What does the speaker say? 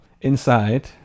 Inside